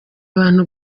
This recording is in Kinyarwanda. abantu